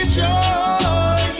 joy